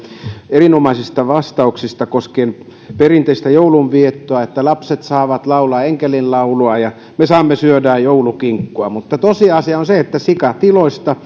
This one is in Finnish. erinomaisista vastauksista koskien perinteistä joulun viettoa lapset saavat laulaa enkelin laulua ja me saamme syödä joulukinkkua mutta tosiasia on se että sikatiloista